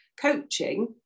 coaching